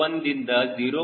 1 ದಿಂದ 0